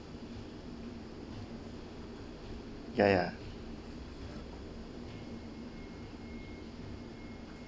ya ya